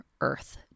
earth